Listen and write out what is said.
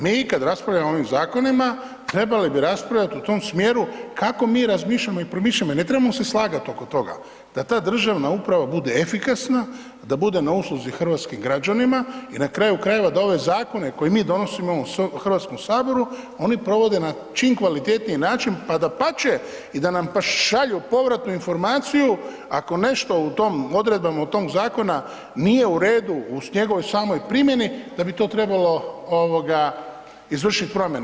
Mi kada raspravljamo o ovim zakonima, trebali bi raspravljati u tom smjeru, kako mi razmišljamo i promišljamo i ne trebamo se slagati oko toga, da ta državna uprava bude efikasna, da bude na usluzi hrvatskim građanima i nakraju krajeva, da ove zakone, koje mi donesimo u Hrvatskom saboru, oni provode na čim kvalitetniji način, pa dapače, da nam šalju povratnu informaciju, ako nešto u tom, odredbama tog zakona, nije u redu u njegovoj samoj primjeni, onda bi to trebalo izvršiti promjene.